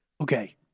Okay